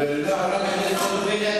חברת הכנסת חוטובלי,